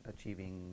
achieving